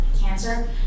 cancer